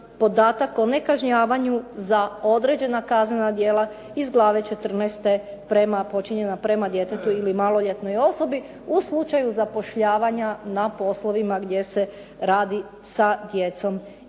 podatak o nekažnjavanju za određena kaznena djela iz glave 14. prema počinjena prema djetetu ili maloljetnoj osobi u slučaju zapošljavanja na poslovima gdje se radi sa djecom i